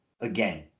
again